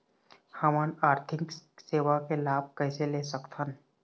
हमन आरथिक सेवा के लाभ कैसे ले सकथन?